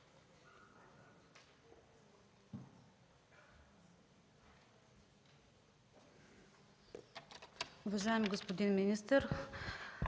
уважаеми господин министър,